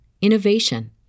innovation